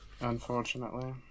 Unfortunately